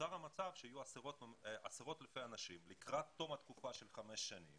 נוצר המצב שיהיו עשרות אלפי אנשים לקראת תום התקופה של חמש שנים